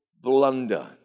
blunder